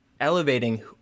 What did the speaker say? elevating